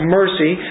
mercy